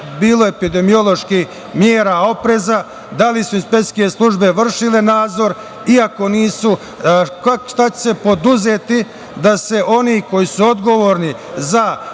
bilo epidemioloških mera opreza? Da li su inspekcijske službe vršile nadzor i, ako nisu, šta će se preduzeti da se oni koji su odgovorni za